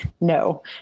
no